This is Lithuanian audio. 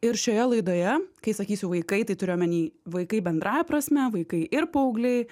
ir šioje laidoje kai sakysiu vaikai tai turiu omeny vaikai bendrąja prasme vaikai ir paaugliai